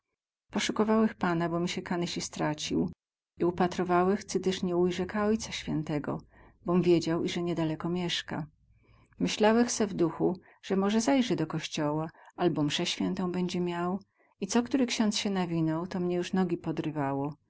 posukowałech pana bo mi sie kanysi stracił i upatrowałech cy tyz nie ujrzę ka ojca świętego bom wiedział ize niedaleko mieska myślałech se w duchu ze moze zajrzy do kościoła abo msę świętą bedzie miał i co ktory ksiądz sie nawinął to mnie juz nogi podrywało